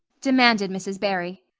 demanded mrs. barry.